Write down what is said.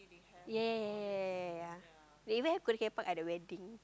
ya ya ya ya ya ya ya ya they even have <malay<kuda kepang at the wedding